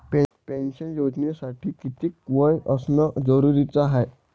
Pension योजनेसाठी कितीक वय असनं जरुरीच हाय?